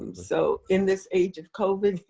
um so in this age of covid,